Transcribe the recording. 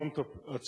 לא המשרד.